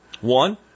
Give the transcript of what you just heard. One